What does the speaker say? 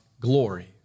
glory